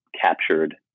captured